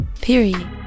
Period